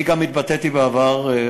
אני גם התבטאתי בעבר,